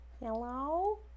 hello